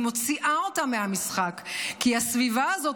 היא מוציאה אותם מהמשחק כי הסביבה הזאת